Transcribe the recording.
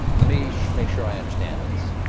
let me make sure i understand this.